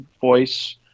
voice